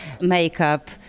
makeup